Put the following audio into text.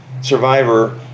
survivor